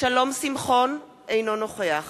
שלום שמחון, אינו נוכח